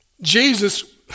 Jesus